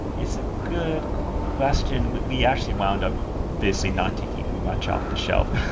it's a good question. we we actually wind up basically not taking much off the shelf.